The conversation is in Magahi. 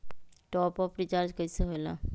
टाँप अप रिचार्ज कइसे होएला?